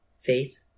faith